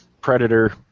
Predator